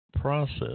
process